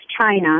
China